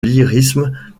lyrisme